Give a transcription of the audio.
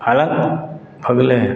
हालाँकि अगलहिँ